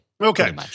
Okay